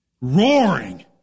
Roaring